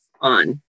on